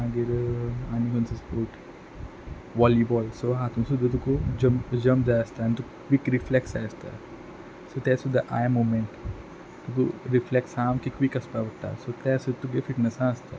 मागीर आनी खंयचो स्पोर्ट वॉलिबॉल सो हातू सुद्दां तुक जंप जंप जाय आसता आन तुक क्वीक रिफ्लॅक्स जाय आसता सो तें सुद्दां आय मुमँट तुक रिफ्लॅक्स सामकें क्वीक आसपा पडटा सो तें सुद्द तुगे फिटनसा आसता